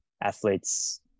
athletes